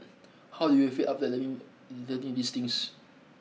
how do you feel after learning learning these things